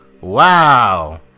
wow